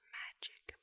magic